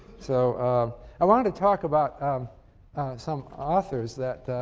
so i wanted to talk about um some authors that